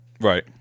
Right